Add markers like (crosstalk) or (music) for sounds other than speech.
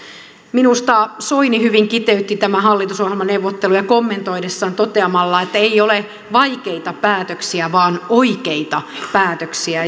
minusta soini hyvin kiteytti tämän hallitusohjelmaneuvotteluja kommentoidessaan toteamalla että ei ole vaikeita päätöksiä vaan oikeita päätöksiä (unintelligible)